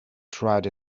tried